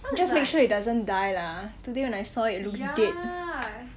just make sure it doesn't die lah ah today when I saw it looks dead